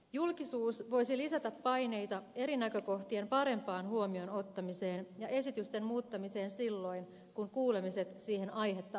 julkisuus voisi lisätä paineita eri näkökohtien parempaan huomioon ottamiseen ja esitysten muuttamiseen silloin kun kuulemiset siihen aihetta antavat